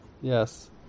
Yes